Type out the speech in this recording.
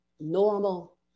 normal